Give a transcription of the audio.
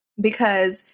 because-